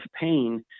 pain